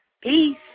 Peace